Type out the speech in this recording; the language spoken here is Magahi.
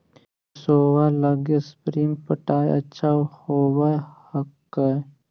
सरसोबा लगी स्प्रिंगर पटाय अच्छा होबै हकैय?